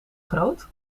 groot